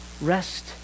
Rest